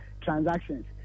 transactions